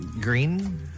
green